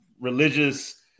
religious